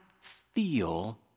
feel